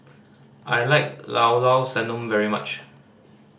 I like Llao Llao Sanum very much